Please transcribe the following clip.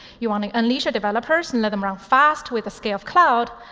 you want to unleash the developers and let them run fast with the scale of cloud.